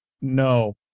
No